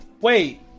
Wait